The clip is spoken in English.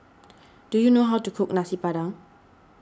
do you know how to cook Nasi Padang